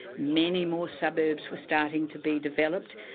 many more suburbs were starting to be developed,